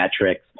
metrics